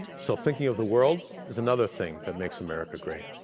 so thinking of the world is another thing that makes america great.